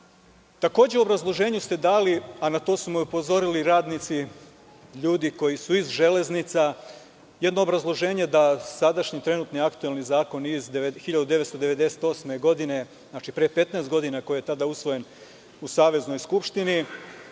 u obrazloženju ste dali, a na to su me upozorili radnici, ljudi koji su iz „Železnica“, jedno obrazloženje da sadašnji, trenutni i aktuelni zakon iz 1998. godine, koji je pre 15 godina usvojen u Saveznoj skupštini,